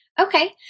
Okay